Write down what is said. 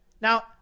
Now